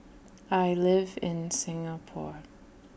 I live in Singapore